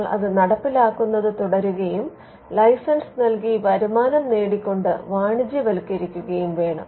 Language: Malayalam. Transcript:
നിങ്ങൾ അത് നടപ്പിലാക്കുന്നത് തുടരുകയും ലൈസൻസ് നൽകി വരുമാനം നേടിക്കൊണ്ട് വാണിജ്യവത്ക്കരിക്കുകയും വേണം